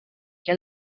que